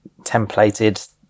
templated